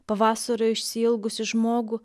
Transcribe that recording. pavasario išsiilgusį žmogų